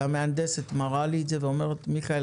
המהנדסת מראה לי את זה ואומרת: מיכאל,